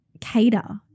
cater